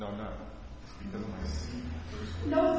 no no no